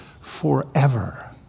forever